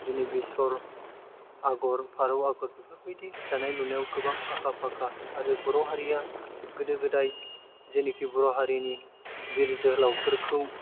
जेरै बेसर आगर फारौ आगर बेफोरबायदि दानाय लुनायाव गोबां आखा फाखा आरो बर' हारिया गोदो गोदाय जेनेखि बर' हारिनि बिर जोहोलावफोरखौ